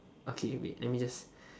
okay wait let me just